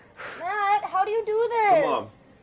how do you do this!